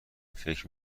فکر